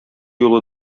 юлы